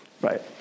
right